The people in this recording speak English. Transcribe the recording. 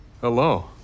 hello